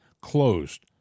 closed